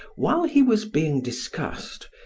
while he was being discussed,